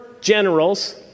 generals